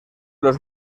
los